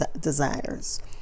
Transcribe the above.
desires